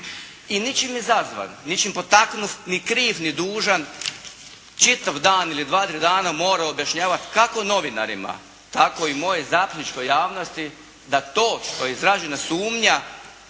i ničim izazvan, ničim potaknut ni kriv ni dužan čitav dan ili dva, tri dana morao je objašnjavati kako novinarima tako i mojoj zastupničkoj javnosti da to što je izražena sumnja